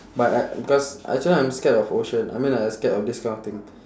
but I because actually I'm scared of ocean I mean like I scared of this kind of thing